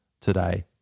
today